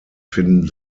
finden